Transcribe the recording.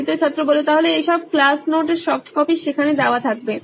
দ্বিতীয় ছাত্র তাহলে এইসব ক্লাস নোট এর সফট কপি সেখানে দেওয়া থাকবে